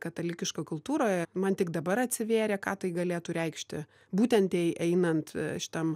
katalikiškoj kultūroje man tik dabar atsivėrė ką tai galėtų reikšti būtent jei einant šitam